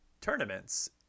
tournaments